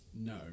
No